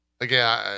again